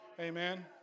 Amen